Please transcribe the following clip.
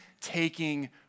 taking